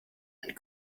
and